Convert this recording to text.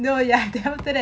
no ya then after that